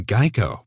Geico